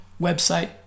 website